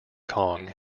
kong